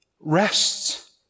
rests